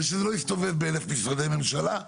ושלא הסתובב באלף משרדי ממשלה,